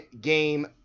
game